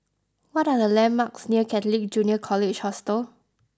what are the landmarks near Catholic Junior College Hostel